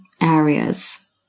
areas